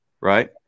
right